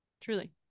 truly